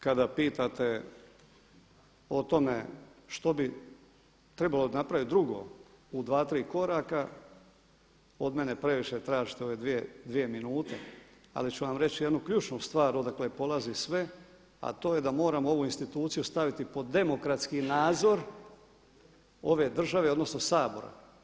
Kada pitate o tome što bi trebalo napraviti drugo u dva, tri koraka, od mene previše tražite u ove dvije minute, ali ću vam reći jednu ključnu stvar odakle polazi sve, a to je da moramo ovu instituciju staviti pod demokratski nadzor ove države odnosno Sabora.